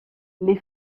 les